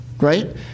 right